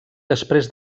després